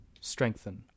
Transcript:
strengthen